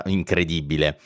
incredibile